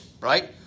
right